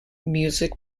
music